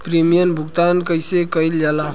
Premium भुगतान कइसे कइल जाला?